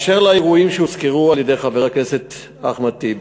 באשר לאירועים שהוזכרו על-ידי חבר הכנסת אחמד טיבי,